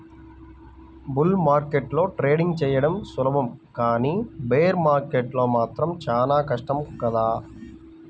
bull మార్కెట్లో trading చెయ్యడం సులభం కానీ బేర్ మార్కెట్లో మాత్రం చానా కష్టం కదా